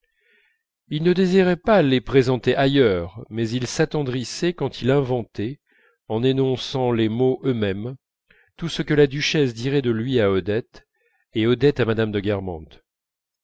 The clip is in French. il ne désirait pas les présenter ailleurs mais il s'attendrissait quand il inventait en énonçant les mots eux-mêmes tout ce que la duchesse dirait de lui à odette et odette à mme de